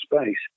space